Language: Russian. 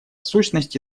сущности